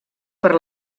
per